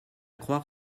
coire